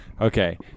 Okay